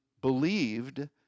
believed